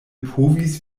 povis